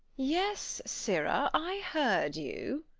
yes, sirrah, i heard you.